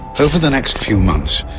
over the next few months,